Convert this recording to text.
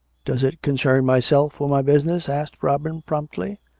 does it concern myself or my business? asked robin promptly.